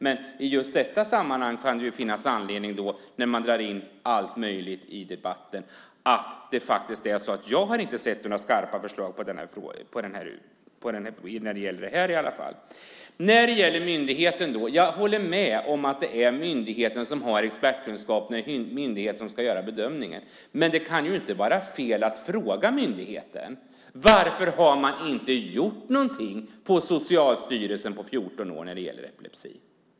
Men i just detta sammanhang - allt möjligt dras ju in i debatten - kan det finnas anledning att ta upp det här. Jag har inte sett några skarpa förslag i alla fall inte när det gäller detta. Jag håller med om att det är myndigheten som har expertkunskapen och som ska göra bedömningen. Men det kan ju inte vara fel att fråga myndigheten. Varför har man på Socialstyrelsen inte gjort någonting på 14 år när det gäller epilepsi?